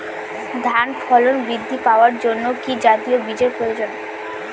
ধানে ফলন বৃদ্ধি পাওয়ার জন্য কি জাতীয় বীজের প্রয়োজন?